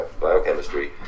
biochemistry